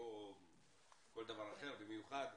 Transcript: במיוחד,